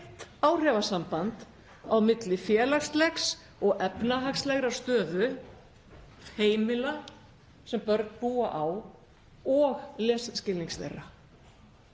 áhrifasamband á milli félagslegrar og efnahagslegrar stöðu heimila sem börn búa á og lesskilnings þeirra.